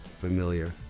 familiar